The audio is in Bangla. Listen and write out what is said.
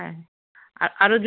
হ্যাঁ আরো